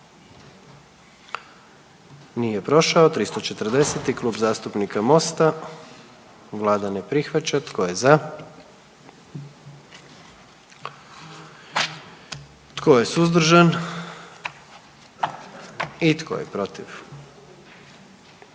dio zakona. 44. Kluba zastupnika SDP-a, vlada ne prihvaća. Tko je za? Tko je suzdržan? Tko je protiv?